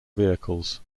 vehicles